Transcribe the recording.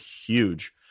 huge